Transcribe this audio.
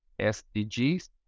SDGs